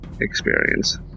experience